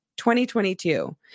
2022